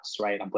right